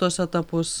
tuos etapus